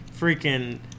freaking